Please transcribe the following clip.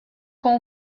com